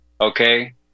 Okay